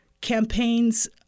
campaigns